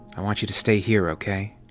i want you to stay here, okay?